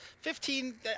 Fifteen